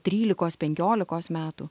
trylikos penkiolikos metų